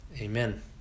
amen